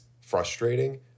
frustrating